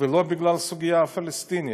ולא בגלל הסוגיה הפלסטינית,